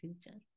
future